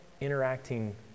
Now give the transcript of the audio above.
interacting